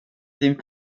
din